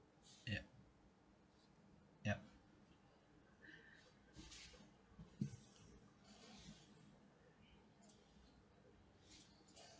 yup yup